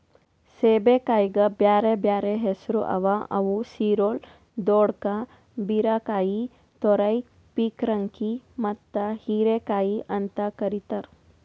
ಸೇಬೆಕಾಯಿಗ್ ಬ್ಯಾರೆ ಬ್ಯಾರೆ ಹೆಸುರ್ ಅವಾ ಅವು ಸಿರೊಳ್, ದೊಡ್ಕಾ, ಬೀರಕಾಯಿ, ತುರೈ, ಪೀರ್ಕಂಕಿ ಮತ್ತ ಹೀರೆಕಾಯಿ ಅಂತ್ ಕರಿತಾರ್